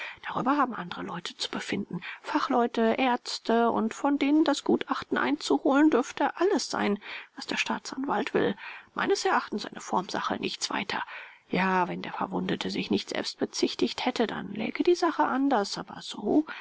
darüber haben andere leute zu befinden fachleute ärzte und von denen das gutachten einzuholen dürfte alles sein was der staatsanwalt will meines erachtens eine formsache nichts weiter ja wenn der verwundete sich nicht selbst bezichtigt hätte dann läge die sache anders aber so